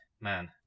Man